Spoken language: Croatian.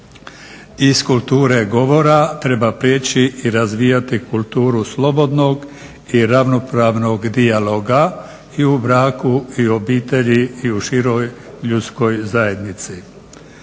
Iz kulture govora treba prijeći i razvijati kulturu slobodnog i ravnopravnog dijaloga i u braku i u obitelji i u široj ljudskoj zajednici.